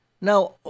Now